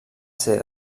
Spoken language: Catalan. ser